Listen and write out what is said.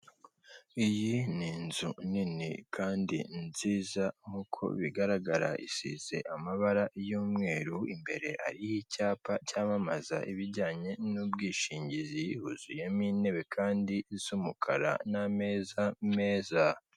Iyi ni inzu nini kandi nziza nkuko bigaragara isize amabara y'umweru, imbere hariho icyapa cyamamaza ibijyanye n'ubwishingizi huzuyemo intebe kandi z'umukara n'ameza meza.